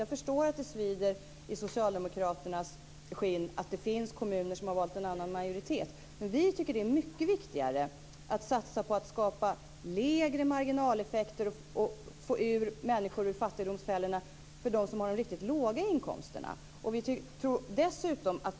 Jag förstår att det svider i socialdemokraternas skinn att det finns kommuner som har valt en annan majoritet, men vi tycker att det är mycket viktigare att satsa på att skapa lägre marginaleffekter och få ut de människor som har riktigt låga inkomster ur fattigdomsfällorna.